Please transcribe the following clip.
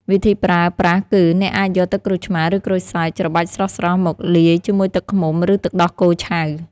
វិធីប្រើប្រាស់គឺ អ្នកអាចយកទឹកក្រូចឆ្មារ ឬក្រូចសើចច្របាច់ស្រស់ៗមកលាយជាមួយទឹកឃ្មុំ ឬទឹកដោះគោឆៅ។